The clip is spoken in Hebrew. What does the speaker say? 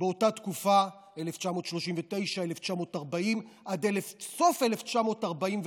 באותה התקופה, 1939, 1940 ועד סוף 1941,